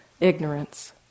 ignorance